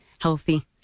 healthy